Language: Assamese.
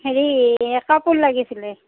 হেৰি কাপোৰ লাগিছিলে